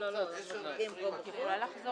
ונתחדשה